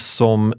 som